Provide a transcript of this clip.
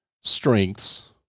strengths